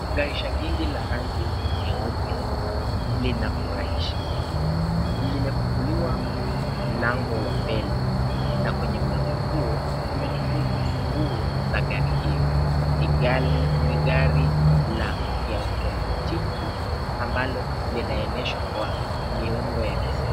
Gari shangingi la rangi nyeupe linafurahisha, limefunguliwa mlango wa mbele na kwenye mlango huo, umetunduka funguo za gari hiyo. ni gari ni gari la yaotomatiki ambalo linaendesha kwa miundo ya kisasa.